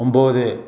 ஒன்போது